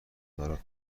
برات